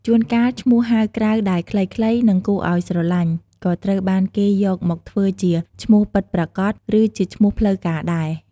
ជួនកាលឈ្មោះហៅក្រៅដែលខ្លីៗ និងគួរឲ្យស្រឡាញ់ ក៏ត្រូវបានគេយកមកធ្វើជាឈ្មោះពិតប្រាកដ ឬជាឈ្មោះផ្លូវការដែរ។